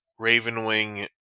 Ravenwing